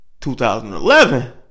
2011